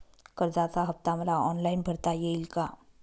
कर्जाचा हफ्ता मला ऑनलाईन भरता येईल का?